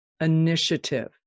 initiative